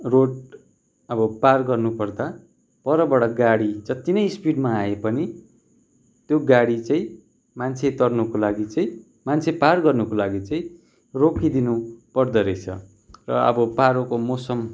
road अब पार गर्नु पर्दा परबाट गाडी जति नै स्पिडमा आए पनि त्यो गाडी चाहिँ मान्छे तर्नुको लागि चाहिँ मान्छे पार गर्नुको लागि चाहिँ रोकिदिनु पर्दो रहेछ र अब पारोको मौसम